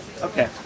okay